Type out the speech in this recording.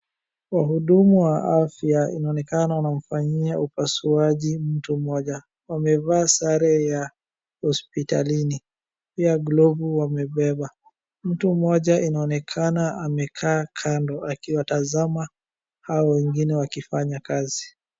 Wahudumu wa afya inaonekana wanamfanyia upasuaji mtu mmoja. Wamevaa sare ya hospitalini, Pia glove wamebeba. Mtu mmoja inaonekana amekaa kando akiwatazama hao wengine wakifanya kazi.